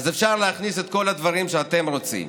אז אפשר להכניס את כל הדברים שאתם רוצים.